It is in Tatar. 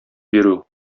бирү